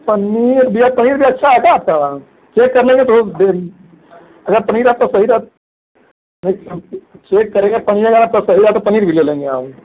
पनीर भैया पनीर भी अच्छा आता है आपके यहाँ चेक कर लेंगे थोड़ा सा देख अगर पनीर आपका सही रहे भई हम चेक चेक करेंगे पनीर अगर आपका सही रहा तो पनीर भी ले लेंगे हम